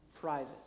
private